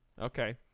Okay